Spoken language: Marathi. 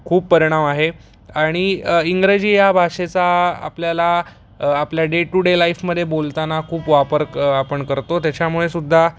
खूप परिणाम आहे आणि इंग्रजी या भाषेचा आपल्याला आपल्या डे टू डे लाईफमधे बोलताना खूप वापर आपण करतो त्याच्यामुळे सुद्धा